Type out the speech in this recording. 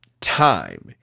time